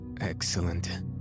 Excellent